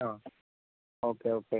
ആ okay okay okay